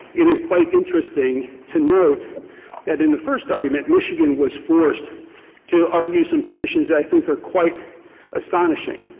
it is quite interesting to note that in the first argument, michigan was forced to argue some positions that i think are quite astonishing,